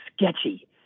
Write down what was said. sketchy